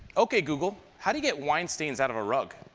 ok google, how do you get wine stains out of a rug